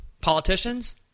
politicians